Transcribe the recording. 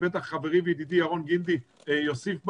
בטח חברי וידידי ירון גינדי יוסיף בה,